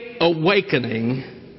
Awakening